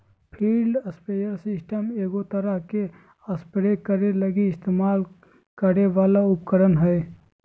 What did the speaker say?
field sprayer system एगो तरह spray करे लगी इस्तेमाल करे वाला उपकरण हइ